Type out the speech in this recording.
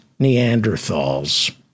Neanderthals